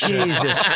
Jesus